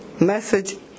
message